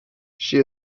she